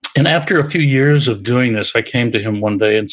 and after a few years of doing this, i came to him one day and